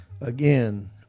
Again